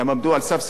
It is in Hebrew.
הם עמדו על סף סגירה.